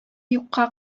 юкка